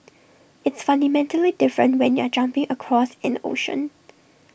it's fundamentally different when you're jumping across an ocean